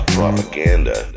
propaganda